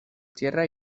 tierra